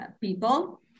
people